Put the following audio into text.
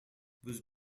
was